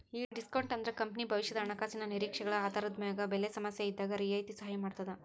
ಈ ಡಿಸ್ಕೋನ್ಟ್ ಅಂದ್ರ ಕಂಪನಿ ಭವಿಷ್ಯದ ಹಣಕಾಸಿನ ನಿರೇಕ್ಷೆಗಳ ಆಧಾರದ ಮ್ಯಾಗ ಬೆಲೆ ಸಮಸ್ಯೆಇದ್ದಾಗ್ ರಿಯಾಯಿತಿ ಸಹಾಯ ಮಾಡ್ತದ